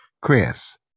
Chris